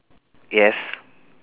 yes